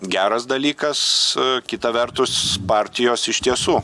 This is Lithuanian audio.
geras dalykas kita vertus partijos iš tiesų